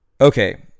Okay